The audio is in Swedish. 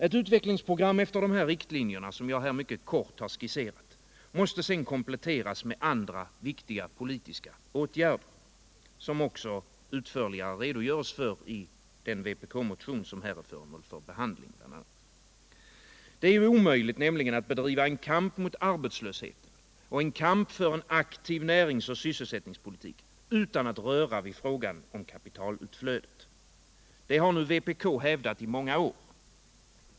Ett utvecklingsprogram efter de riktlinjer som jag här mycket kort har Näringspolitiken Näringspolitiken skisserat måste sedan kompletteras med andra viktiga politiska åtgärder, som det också usförligare redogörs för i den vpk-motion som bl.a. är föremål för behandling. Det är nämligen omöjligt att bedriva kamp mot arbetslösheten och kamp för en aktiv närings och sysselsättningspolitik utan att röra vid frågan om kapitalutflödet. Det har vpk hävdat i många år.